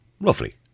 Roughly